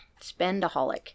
spendaholic